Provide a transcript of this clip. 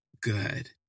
good